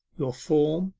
your form,